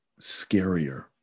scarier